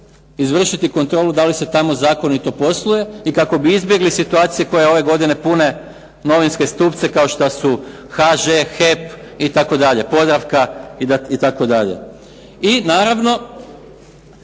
izvršiti kontrolu da li se tamo zakonito posluje i kako bi izbjegli situacije koje ove godine pune novinske stupce, kao što su "HŽ", "HEP" itd., "Podravka" itd. I naravno